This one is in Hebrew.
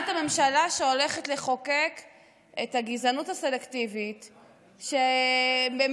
זאת הממשלה שהולכת לחוקק את הגזענות הסלקטיבית במועדונים,